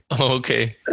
okay